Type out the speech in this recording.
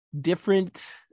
different